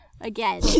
again